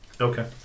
Okay